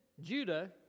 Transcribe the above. Judah